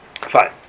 fine